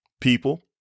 People